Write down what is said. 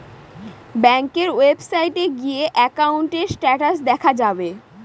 ব্যাঙ্কের ওয়েবসাইটে গিয়ে একাউন্টের স্টেটাস দেখা যাবে